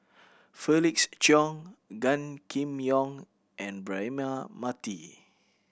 Felix Cheong Gan Kim Yong and Braema Mathi